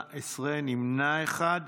18, נמנע אחד.